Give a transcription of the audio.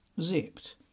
zipped